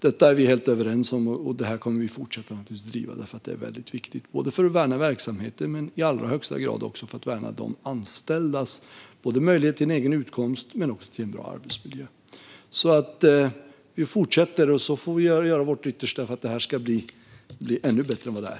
Detta är vi helt överens om, och det kommer vi att fortsätta driva. Det är väldigt viktigt, både för att värna verksamheten och i allra högsta grad också för att värna de anställdas möjlighet till en egen utkomst och en bra arbetsmiljö. Vi fortsätter alltså, och så får vi göra vårt yttersta för att detta ska bli ännu bättre än vad det är.